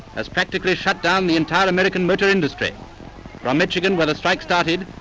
has practically shut down the entire american motor industry. from michigan, where the strike started,